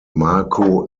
marko